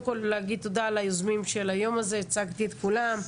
כל להגיד תודה על היוזמים של היום הזה והצגתי את כולם.